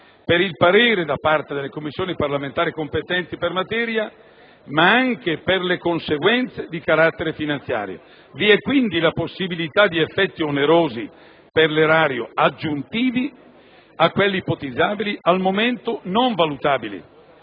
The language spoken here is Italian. per il parere da parte delle Commissioni parlamentari competenti per materia, ma anche per le conseguenze di carattere finanziario. Vi è quindi la possibilità di effetti onerosi per l'erario aggiuntivi a quelli ipotizzabili, attualmente non valutabili,